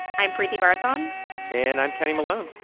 i'm preeti varathan and i'm kenny malone.